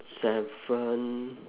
seven